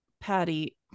patty